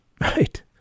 Right